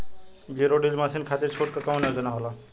Zero डील machine खाती छूट के कवन योजना होला?